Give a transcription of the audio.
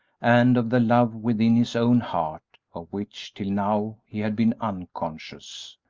and of the love within his own heart, of which, till now, he had been unconscious.